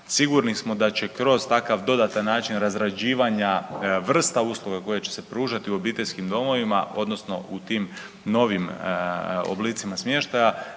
Sigurni smo da će kroz takav dodatni način razrađivanja vrsta usluga koje će se pružati u obiteljskim domovima odnosno u tim novim oblicima smještaja